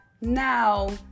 Now